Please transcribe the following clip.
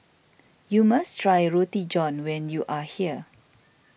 you must try Roti John when you are here